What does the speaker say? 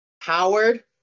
Howard